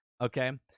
okay